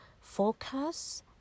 focus